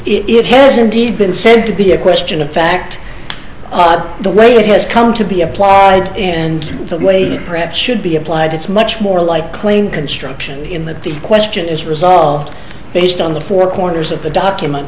indeed been said to be a question of fact odd the way it has come to be applied and the way perhaps should be applied it's much more like claim construction in that the question is resolved based on the four corners of the document